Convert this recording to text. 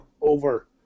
over